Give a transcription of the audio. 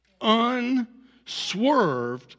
unswerved